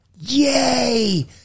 yay